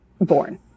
born